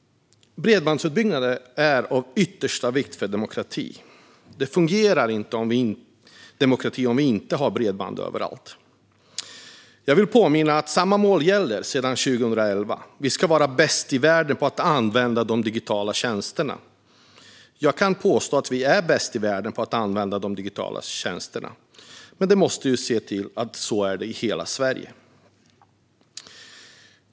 Bredbandsutbyggnaden är av yttersta vikt för demokratin. Den fungerar inte om vi inte har bredband överallt. Jag vill påminna om att samma mål har gällt sedan 2011. Vi ska vara bäst i världen på att använda de digitala tjänsterna. Jag påstår att vi är bäst i världen på det, men vi måste se till att det är så i hela Sverige.